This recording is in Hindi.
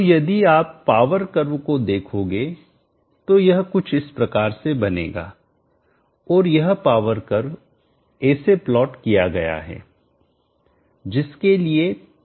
तो यदि आप पावर कर्व को देखोगे तो यह कुछ इस प्रकार से बनेगा और यह पावर कर्व ऐसे प्लॉट किया गया है जिसके लिए P बराबर v i होगा